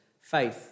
faith